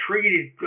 treated